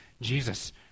Jesus